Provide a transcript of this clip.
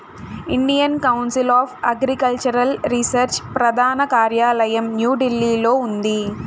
Indian Council of Agricultural Research ప్రధాన కార్యాలయం న్యూఢిల్లీలో ఉంది